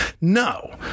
No